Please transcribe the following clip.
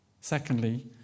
secondly